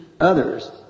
others